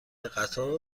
قطار